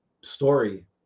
story